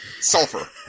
Sulfur